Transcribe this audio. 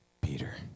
Peter